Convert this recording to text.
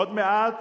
עוד מעט